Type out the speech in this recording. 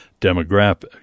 demographic